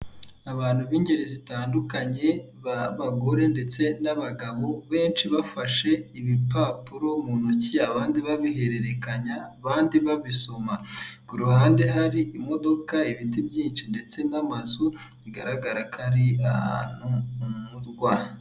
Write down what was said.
Abantu b'ingeri zitandukanye b'abagore ndetse n'abagabo benshi bafashe ibipapuro mu ntoki, abandi babihererekanya, abandi babisoma. Ku ruhande hari imodoka, ibiti byinshi ndetse n'amazu bigaragara ko ari ahantu mu murwa.